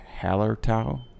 Hallertau